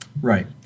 Right